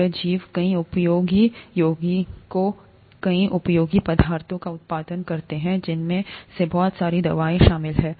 ये जीव कई उपयोगी यौगिकों कई उपयोगी पदार्थों का उत्पादन करते हैं जिनमें बहुत सारी दवाएं शामिल हैं